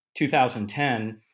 2010